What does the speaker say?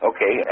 Okay